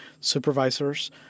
supervisors